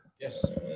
Yes